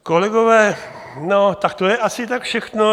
Kolegové, tak to je asi tak všechno.